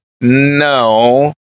no